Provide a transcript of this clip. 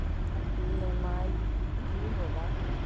EMI की होला?